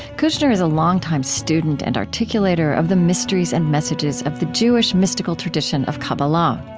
kushner is a long time student and articulator of the mysteries and messages of the jewish mystical tradition of kabbalah.